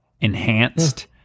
enhanced